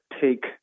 take